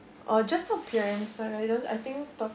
or just appearance sorry I don't I think